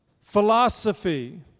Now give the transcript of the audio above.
philosophy